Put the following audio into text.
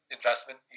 investment